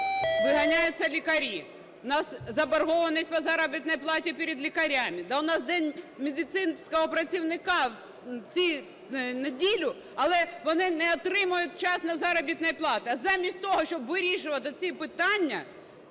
виганяються лікарі, в нас заборгованість по заробітній платі перед лікарями, да у нас День медицинского працівника в цю неділю, але вони не отримають вчасно заробітної плати. Замість того, щоб вирішувати ці питання,